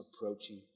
approaching